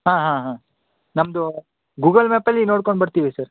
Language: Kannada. ಹಾಂ ಹಾಂ ಹಾಂ ನಮ್ಮದು ಗೂಗಲ್ ಮ್ಯಾಪಲ್ಲಿ ನೋಡ್ಕೊಂಡು ಬರ್ತೀವಿ ಸರ್